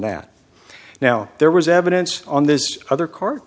that now there was evidence on this other car